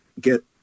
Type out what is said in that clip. get